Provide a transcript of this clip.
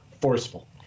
forceful